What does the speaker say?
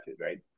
right